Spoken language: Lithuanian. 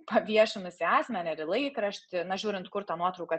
paviešinusį asmenį ar į laikraštį na žiūrint kur ta nuotrauka